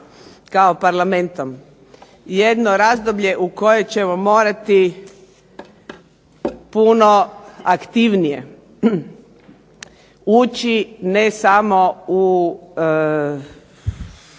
kao Parlamentom jedno razdoblje u kojem ćemo morati puno aktivnije ući ne samo u